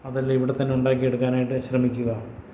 അതെല്ലാം ഇവടെത്തന്നെ ഉണ്ടാക്കിയെടുക്കാനായിട്ട് ശ്രമിക്കുക